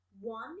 One